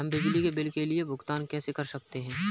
हम बिजली के बिल का भुगतान कैसे कर सकते हैं?